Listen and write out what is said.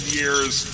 years